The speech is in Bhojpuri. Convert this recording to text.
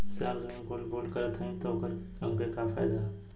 साहब जो हम गोल्ड बोंड हम करत हई त ओकर हमके का फायदा ह?